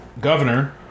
Governor